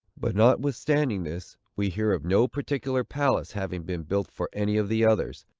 but, notwithstanding this, we hear of no particular palace having been built for any of the others,